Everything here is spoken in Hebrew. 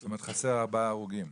זאת אומרת חסר ארבעה הרוגים.